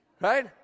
right